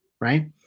Right